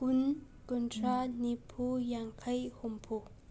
ꯀꯨꯟ ꯀꯨꯟꯊ꯭ꯔꯥ ꯅꯤꯐꯨ ꯌꯥꯡꯈꯩ ꯍꯨꯝꯐꯨ